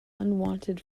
unwanted